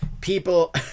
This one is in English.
People